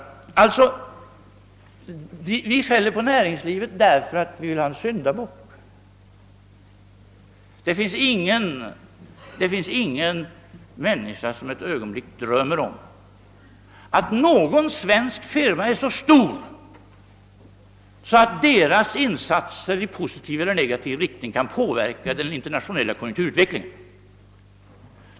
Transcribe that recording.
Enligt oppositionen skäller vi på näringslivet för att vi vill ha fram en syndabock. Men det finns väl ingen människa som ett ögonblick drömmer om att någon svensk firma är så stor, att dess insatser i positiv eller negativ riktning kan påverka den internationella konjunkturutvecklingen.